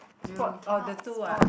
spot oh the two ah